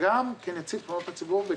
גם כנציב תלונות הציבור,